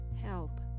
help